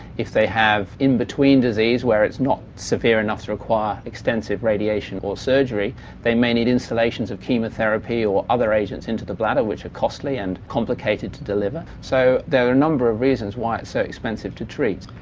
if they have in-between disease where it's not severe enough to require extensive radiation or surgery they may need instillations of chemotherapy or other agents into the bladder which are costly and complicated to deliver. so there are a number of reasons why it is so expensive to treat.